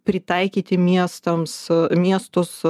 pritaikyti miestams miestus